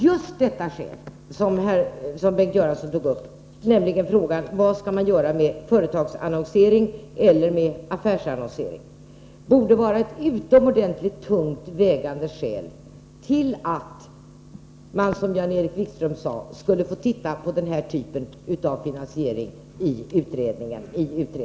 Just det skäl som Bengt Göransson tog upp, nämligen frågan om vad man skall göra med företagsannonsering eller med affärsannonsering, borde vara ett utomordentligt tungt vägande skäl till att man, som Jan-Erik Wikström sade, skulle få titta på den här typen av finansiering i utredningen.